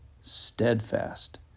steadfast